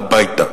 הביתה.